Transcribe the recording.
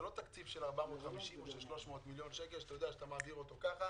זה לא תקציב של 450 מיליון שקלים שאתה מעביר אותו במהירות.